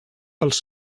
pels